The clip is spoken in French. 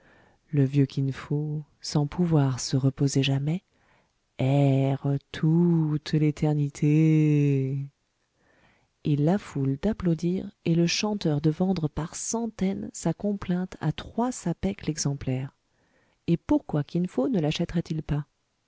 le vieux kin fo sans pouvoir se reposer jamais erre toute l'éternité et la foule d'applaudir et le chanteur de vendre par centaines sa complainte à trois sapèques l'exemplaire et pourquoi kin fo ne lachèterait il pas